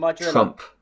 Trump